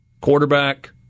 quarterback